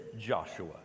Joshua